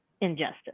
injustice